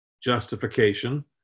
justification